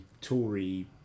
Tory